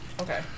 Okay